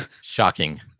Shocking